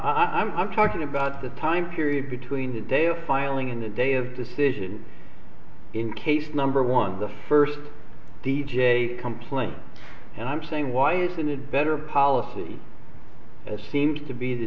sit i'm talking about the time period between the day of filing and the day of decision in case number one the first d j complaint and i'm saying why isn't it better policy as seems to be the